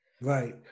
Right